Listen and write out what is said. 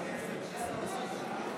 לפיכך הסתייגות 20 לא